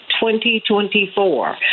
2024